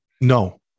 No